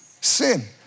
sin